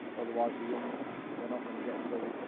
otherwise the young they're not going to get through it.